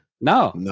No